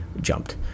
jumped